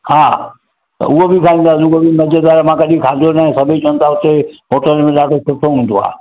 हा त उहो बि खाईंदासीं उहा बि मज़ेदार मां कॾहिं खाधो नाहे सभु चवनि था हुते होटल में ॾाढो सुठो हूंदो आहे